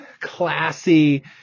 classy